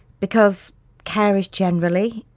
because carers generally,